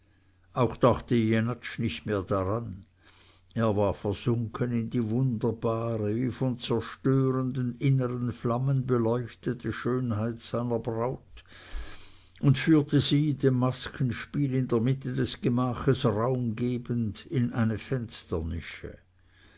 auch dachte jenatsch nicht mehr daran er war versunken in die wunderbare wie von zerstörenden innern flammen beleuchtete schönheit seiner braut und führte sie dem maskenspiel in der mitte des gemaches raum gebend in eine